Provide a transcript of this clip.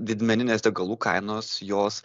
didmeninės degalų kainos jos